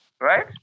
right